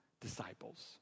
disciples